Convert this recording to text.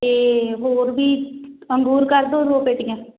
ਅਤੇ ਹੋਰ ਵੀ ਅੰਗੂਰ ਕਰ ਦਿਓ ਦੋ ਪੇਟੀਆਂ